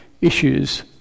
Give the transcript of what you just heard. issues